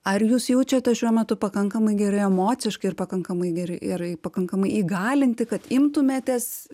ar jūs jaučiatės šiuo metu pakankamai gerai emociškai ir pakankamai gerai ir pakankamai įgalinti kad imtumėtės